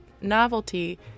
novelty